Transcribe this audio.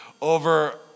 over